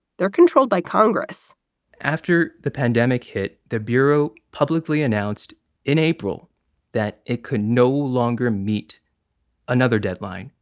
they're controlled by congress after the pandemic hit, the bureau publicly announced in april that it could no longer meet another deadline,